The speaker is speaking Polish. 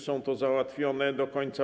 są załatwione do końca?